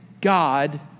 God